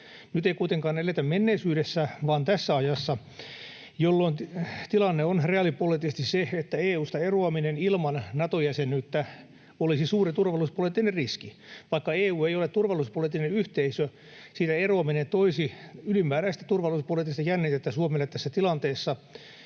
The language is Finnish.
Nyt ei kuitenkaan eletä menneisyydessä, vaan tässä ajassa, jolloin tilanne on reaalipoliittisesti se, että EU:sta eroaminen ilman Nato-jäsenyyttä olisi suuri turvallisuuspoliittinen riski. Vaikka EU ei ole turvallisuuspoliittinen yhteisö, siitä eroaminen toisi ylimääräistä turvallisuuspoliittista jännitettä Suomelle tässä tilanteessa,